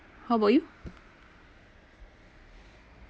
how about you